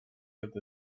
with